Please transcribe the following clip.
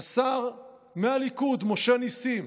השר מהליכוד משה נסים,